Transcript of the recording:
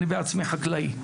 אני בעצמי חקלאי,